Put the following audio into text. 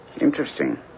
Interesting